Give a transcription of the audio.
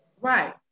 Right